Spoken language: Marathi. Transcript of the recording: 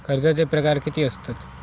कर्जाचे प्रकार कीती असतत?